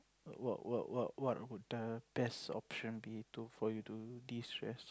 what what what what would the best option be to for you to destress